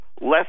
less